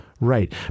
Right